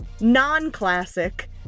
non-classic